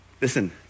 Listen